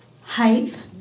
height